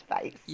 face